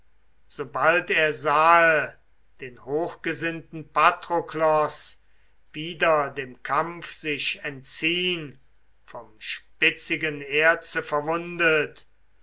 sobald er sahe den hochgesinnten patroklos wieder dem kampf sich entziehn vom spitzigen erze verwundet